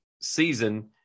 season